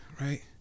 right